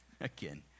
Again